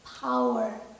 power